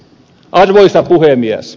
arvoisa puhemies